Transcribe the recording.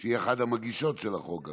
היא אחת המגישות של החוק,